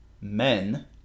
men